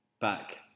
back